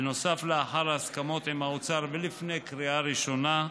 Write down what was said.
בנוסף, לאחר ההסכמות עם האוצר ולפני קריאה ראשונה,